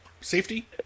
safety